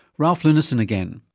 ralph leunissen again.